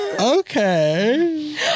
Okay